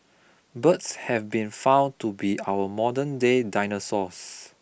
birds have been found to be our modern-day dinosaurs